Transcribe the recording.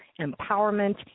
empowerment